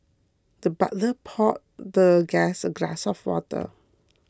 the butler poured the guest a glass of water